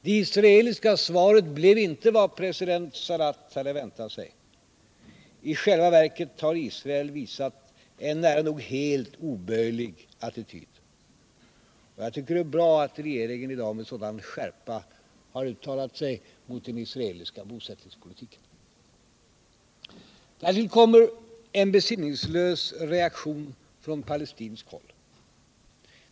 Det israeliska svaret blev inte vad president Sadat hade väntat sig, i själva verket har Israel visat en nära nog helt oböjlig attityd. Jag tycker det är bra att regeringen i dag med sådan skärpa har uttalat sig mot den israeliska bosättningspolitiken. Därtill kommer en besinningslös reaktion från palestinskt håll.